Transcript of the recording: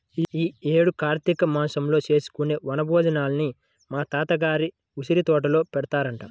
యీ యేడు కార్తీక మాసంలో చేసుకునే వన భోజనాలని మా తాత గారి ఉసిరితోటలో పెడతారంట